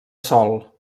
sol